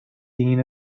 dean